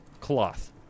cloth